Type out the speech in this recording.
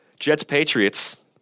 Jets-Patriots